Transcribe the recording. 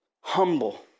humble